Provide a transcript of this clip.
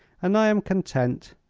and i am content.